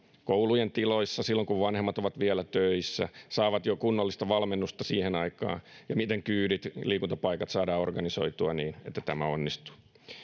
koulujen tiloissa silloin kun vanhemmat ovat vielä töissä saavat jo kunnollista valmennusta siihen aikaan ja miten kyydit ja liikuntapaikat saadaan organisoitua niin että tämä onnistuu